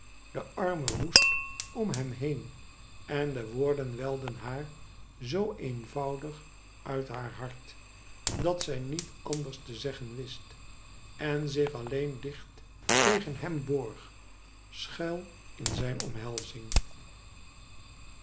de armen woest om hem heen en de woorden welden haar zoo eenvoudig uit haar hart dat zij niet anders te zeggen wist en zich alleen dicht tegen hem borg schuil in zijn omhelzing